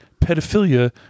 pedophilia